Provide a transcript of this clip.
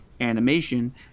animation